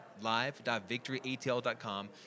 live.victoryatl.com